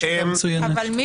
בוודאי שהודענו.